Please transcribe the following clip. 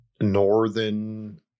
northern –